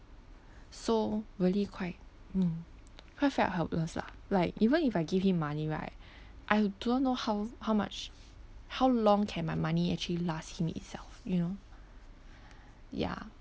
so really quite mm quite felt helpless lah like even if I give him money right I do not know how how much how long can my money actually last him itself you know ya